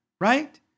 Right